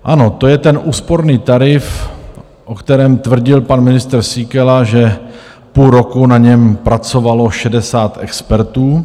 Ano, to je ten úsporný tarif, o kterém tvrdil pan ministr Síkela, že půl roku na něm pracovalo 60 expertů.